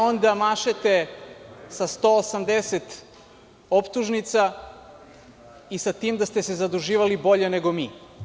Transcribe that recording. Onda vi mašete sa 180 optužnica i sa time da ste se zaduživali bolje nego mi.